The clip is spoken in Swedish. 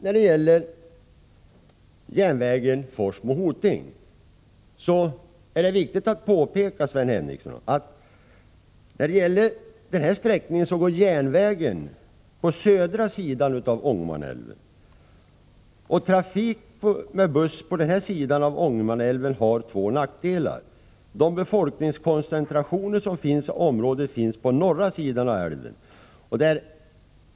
När det gäller järnvägen Forsmo-Hoting är det viktigt att påpeka, Sven Henricsson, att järnvägen på den här sträckan går på södra sidan av Ångermanälven. Trafik med buss på den sidan av Ångermanälven har två nackdelar. Befolkningskoncentrationerna i området finns på norra sidan av älven.